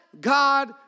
God